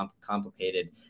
complicated